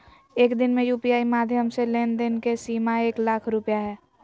एक दिन में यू.पी.आई माध्यम से लेन देन के सीमा एक लाख रुपया हय